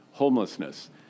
homelessness